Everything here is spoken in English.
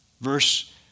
Verse